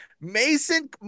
Mason